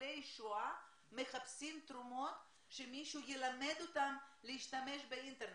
ניצולי שואה מחפשים תרומות שמישהו ילמד אותם להשתמש באינטרנט,